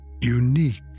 unique